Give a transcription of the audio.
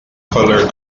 color